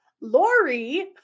Lori